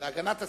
להגנת הסביבה,